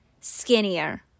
skinnier